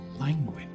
language